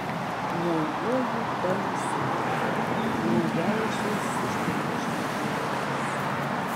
mojuoju tamsai nuogiausios žvaigždžių vėlės